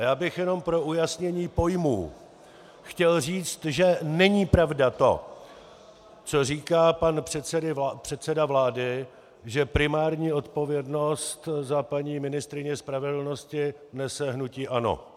Já bych jenom pro ujasnění pojmů chtěl říci, že není pravda to, co říká pan předseda vlády, že primární odpovědnost za paní ministryni spravedlnosti nese hnutí ANO.